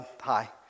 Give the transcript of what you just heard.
hi